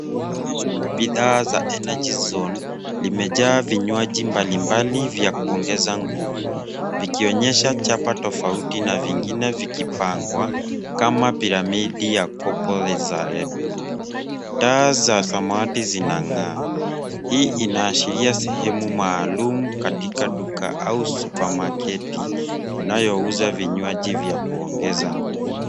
Onyesho la bidhaa za Energy Zone limejaa vinywaji mbalimbali vya kuongeza nguvu vikionyesha chapa tofauti na vingine vikipangwa kama piramidi ya kopo za Redbull . Taa za samawati zinang'aa. Hii inaashiria sehemu maalum katika duka au supamaketi innayouza vinywaji vya kuongeza nguvu.